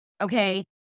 Okay